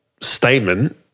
statement